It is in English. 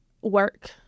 work